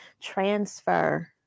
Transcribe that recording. transfer